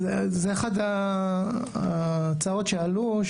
זו אחת ההצעות שעלו,